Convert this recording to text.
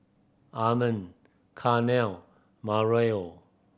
Armand Carnell and Marion